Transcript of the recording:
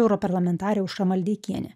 europarlamentarė aušra maldeikienė